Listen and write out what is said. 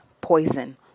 Poison